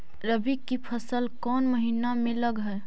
रबी की फसल कोन महिना में लग है?